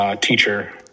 Teacher